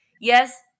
yes